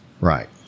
Right